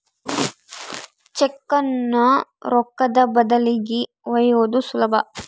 ಚೆಕ್ಕುನ್ನ ರೊಕ್ಕದ ಬದಲಿಗಿ ಒಯ್ಯೋದು ಸುಲಭ